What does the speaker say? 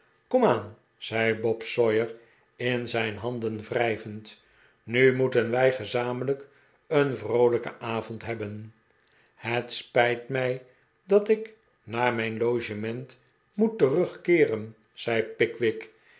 komaan zei bob sawyer in zijn handen wrijvend nu moeten wij gezamenlijk een vroolijken avond hebben het spijt mij dat ik naar mijn logement moe't terugkeeren zei pickwick